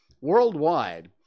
worldwide